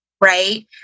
right